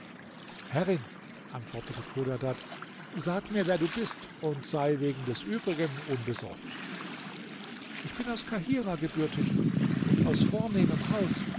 herrin antwortete chodadad sag mir wer du bist und sei wegen des übrigen unbesorgt ich bin aus kahirah gebürtig und aus vornehmem haus